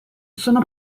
sono